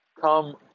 come